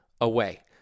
away